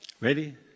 Ready